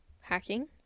hacking